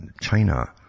China